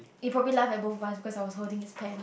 he probably laughed at both of us because I was holding his pants